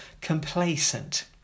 complacent